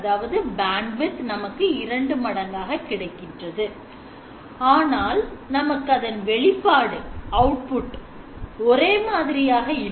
ஆனால் நமக்கு அதன் வெளிப்பாடு ஒரே மாதிரியாக இல்லை